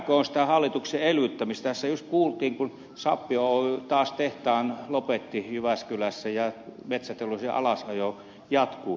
tässä juuri kuultiin kun sappi oy lopetti taas tehtaan jyväskylässä ja metsäteollisuuden alasajo jatkuu